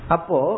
Apo